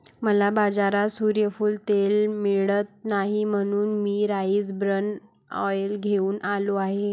मला बाजारात सूर्यफूल तेल मिळत नाही म्हणून मी राईस ब्रॅन ऑइल घेऊन आलो आहे